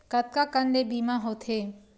कतका कन ले बीमा होथे?